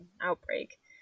outbreak